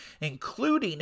including